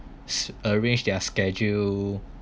arrange their schedule